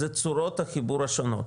זה צורות החיבור השונות,